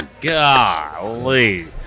Golly